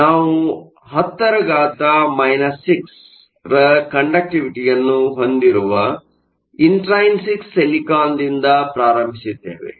ಆದ್ದರಿಂದ ನಾವು 10 6 ರ ಕಂಡಕ್ಟಿವಿಟಿಯನ್ನು ಹೊಂದಿರುವ ಇಂಟ್ರೈನ್ಸಿಕ್ ಸಿಲಿಕಾನ್ ದಿಂದ ಪ್ರಾರಂಭಿಸಿದ್ದೇವೆ